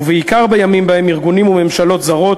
ובעיקר בימים שבהם ארגונים וממשלות זרות